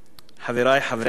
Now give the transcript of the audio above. חברי חברי הכנסת,